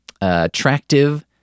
attractive